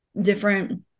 different